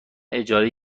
اجاره